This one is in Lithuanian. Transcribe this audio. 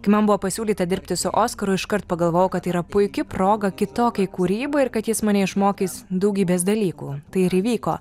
kai man buvo pasiūlyta dirbti su oskaru iškart pagalvojau kad yra puiki proga kitokiai kūrybai ir kad jis mane išmokys daugybės dalykų tai ir įvyko